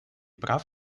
прав